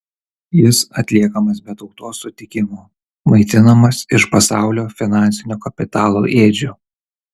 jis atliekamas be tautos sutikimo maitinamas iš pasaulio finansinio kapitalo ėdžių